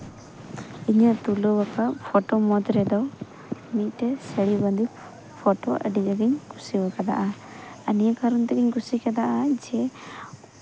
ᱤᱧᱟᱹᱜ ᱛᱩᱞᱟᱹᱣ ᱟᱠᱟᱫ ᱯᱷᱳᱴᱳ ᱢᱩᱫᱽ ᱨᱮᱫᱚ ᱢᱤᱫᱴᱮᱡ ᱥᱟᱹᱲᱤ ᱵᱟᱸᱫᱮ ᱯᱷᱳᱴᱳ ᱟᱹᱰᱤ ᱡᱳᱨᱤᱧ ᱠᱩᱥᱤ ᱠᱟᱣᱫᱟ ᱟᱨ ᱱᱤᱭᱟᱹ ᱠᱟᱨᱚᱱ ᱛᱮᱜᱤᱧ ᱠᱩᱥᱤᱭ ᱠᱟᱣᱫᱟ ᱡᱮ